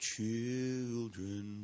Children